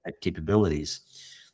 capabilities